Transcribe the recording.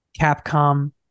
Capcom